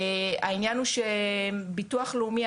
העניין הוא שביטוח לאומי,